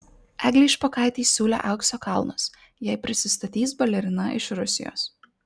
eglei špokaitei siūlė aukso kalnus jei prisistatys balerina iš rusijos